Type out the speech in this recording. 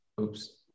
Oops